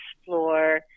explore